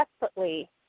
desperately